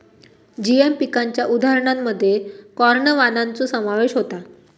GM पिकांच्या उदाहरणांमध्ये corn वाणांचो समावेश होता